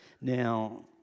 Now